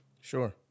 Sure